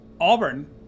Auburn